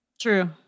True